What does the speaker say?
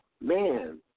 man